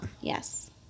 Yes